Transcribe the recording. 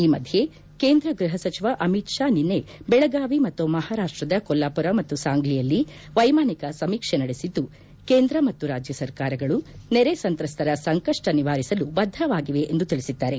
ಈ ಮಧ್ಯೆ ಕೇಂದ್ರ ಗೃಹಸಚಿವ ಅಮಿತ್ ಶಾ ನಿನ್ನೆ ಬೆಳಗಾವಿ ಮತ್ತು ಮಹಾರಾಷ್ಟದ ಕೊಲ್ಲಾಪುರ ಮತ್ತು ಸಾಂಗ್ಲಿಯಲ್ಲಿ ವೈಮಾನಿಕ ಸಮೀಕ್ಷೆ ನಡೆಸಿದ್ದು ಕೇಂದ್ರ ಮತ್ತು ರಾಜ್ಜ ಸರ್ಕಾರಗಳು ನೆರೆ ಸಂತ್ರಸ್ತರ ಸಂಕಪ್ಪ ನಿವಾರಿಸಲು ಬದ್ದವಾಗಿವೆ ಎಂದು ತಿಳಿಸಿದ್ದಾರೆ